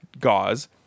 gauze